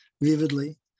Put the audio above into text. vividly